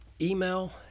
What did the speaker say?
email